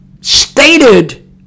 stated